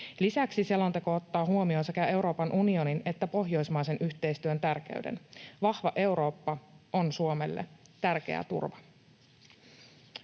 Lisäksi selonteko ottaa huomioon sekä Euroopan unionin että pohjoismaisen yhteistyön tärkeyden. Vahva Eurooppa on Suomelle tärkeä turva.